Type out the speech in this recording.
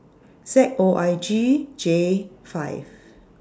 Z O I G J five